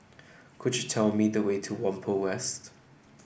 could you tell me the way to Whampoa West